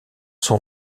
son